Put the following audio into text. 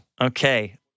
Okay